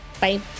Bye